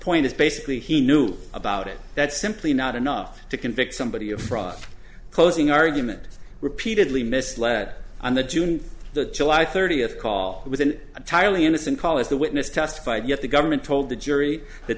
point is basically he knew about it that's simply not enough to convict somebody of fraud closing argument repeatedly misled on the june the thirtieth call with an tiling innocent call as the witness testified yet the government told the jury that